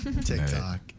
TikTok